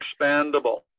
expandable